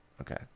Okay